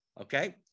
Okay